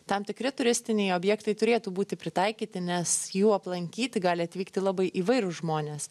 tam tikri turistiniai objektai turėtų būti pritaikyti nes jų aplankyti gali atvykti labai įvairūs žmonės